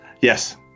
yes